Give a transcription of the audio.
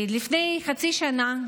לפני חצי שנה,